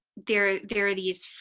there, there are these